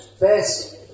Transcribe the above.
best